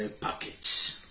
package